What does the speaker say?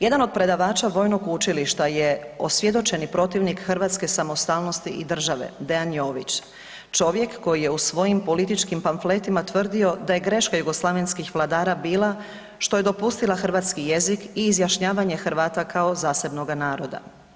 Jedan od predavača Vojnog učilišta je osvjedočeni protivnik hrvatske samostalnosti i države, Dejan Jović, čovjek koji je u svojim političkim pamfletima tvrdio da je greška jugoslavenskih vladara bila što je dopustila hrvatski jezik i izjašnjavanje Hrvata kao zasebnoga naroda.